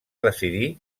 decidir